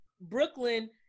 Brooklyn